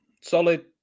solid